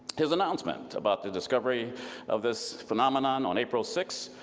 his announcement about the discovery of this phenomenon on april six,